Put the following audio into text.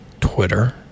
Twitter